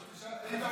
אבי קדוש,